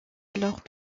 alors